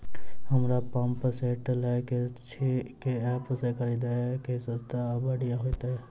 हमरा pump set लय केँ अछि केँ ऐप सँ खरिदियै की सस्ता आ बढ़िया हेतइ?